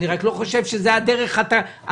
אני רק לא חושב שזאת הדרך התקינה.